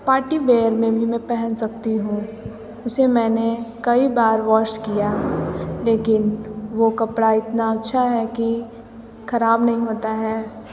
partywear में भी पहन सकती हूँ उसे मैंने कई बार वॉश किया लेकिन वो कपड़ा इतना अच्छा है कि खराब नहीं होता है